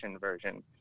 version